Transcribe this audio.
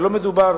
ולא מדובר